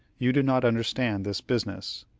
you do not understand this business.